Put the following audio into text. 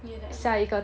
ya